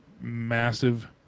massive